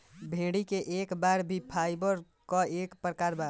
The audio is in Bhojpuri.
भेड़ी क बार भी फाइबर क एक प्रकार बा